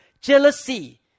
jealousy